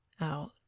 out